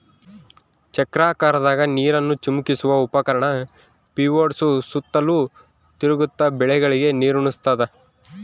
ಚಕ್ರಾಕಾರದಾಗ ನೀರನ್ನು ಚಿಮುಕಿಸುವ ಉಪಕರಣ ಪಿವೋಟ್ಸು ಸುತ್ತಲೂ ತಿರುಗ್ತ ಬೆಳೆಗಳಿಗೆ ನೀರುಣಸ್ತಾದ